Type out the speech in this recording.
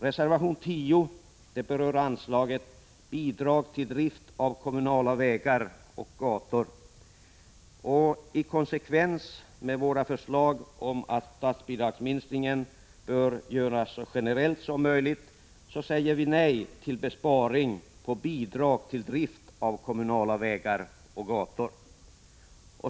Reservation 10 berör anslaget Bidrag till drift av kommunala vägar och gator. I konsekvens med våra förslag om att statsbidragsminskningen bör göras så generell som möjligt, säger vi nej till besparing på bidrag till drift av kommunala vägar och gator.